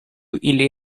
ili